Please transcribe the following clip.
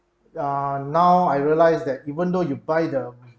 err now I realized that even though you buy the